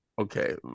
Okay